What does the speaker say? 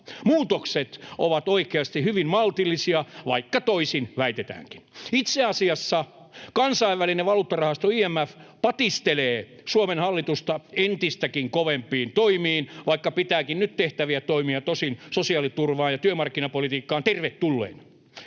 Muutokset ovat oikeasti hyvin maltillisia, vaikka toisin väitetäänkin. Itse asiassa Kansainvälinen valuuttarahasto IMF patistelee Suomen hallitusta entistäkin kovempiin toimiin, vaikka pitääkin nyt tehtäviä toimia sosiaaliturvaan ja työmarkkinapolitiikkaan tervetulleina.